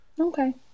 Okay